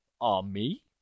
army